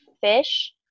fish